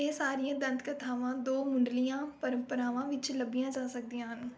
ਇਹ ਸਾਰੀਆਂ ਦੰਤ ਕਥਾਵਾਂ ਦੋ ਮੁੱਢਲੀਆਂ ਪਰੰਪਰਾਵਾਂ ਵਿੱਚ ਲੱਭੀਆਂ ਜਾ ਸਕਦੀਆਂ ਹਨ